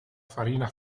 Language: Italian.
farina